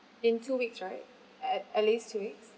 in two weeks right at at least two weeks